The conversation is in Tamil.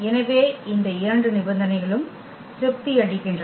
எனவே இரண்டு நிபந்தனைகளும் திருப்தி அளிக்கின்றன